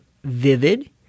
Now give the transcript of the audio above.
vivid